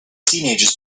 teenagers